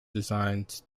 designs